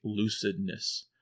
lucidness